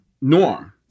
Norm